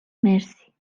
مرسی